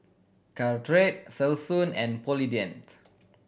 Caltrate Selsun and Polident